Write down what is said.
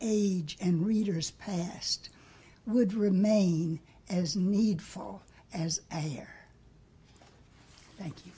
age and readers past would remain as needful as i hear thank you